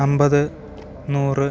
അമ്പത് നൂറ്